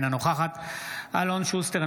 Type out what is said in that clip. אינה נוכחת אלון שוסטר,